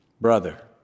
brother